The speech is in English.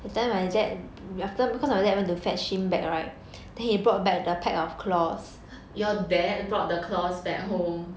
your dad brought the claws back home